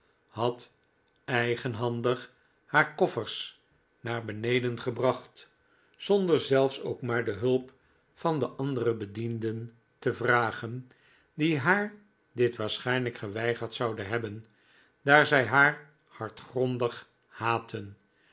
had eigenhandig haar koffers naar beneden gebracht zonder zelfs ook maar de hulp van de andere bedienden te vragen die haar dit waarschijnlijk geweigerd zouden hebben daar zij haar hartgrondig haatten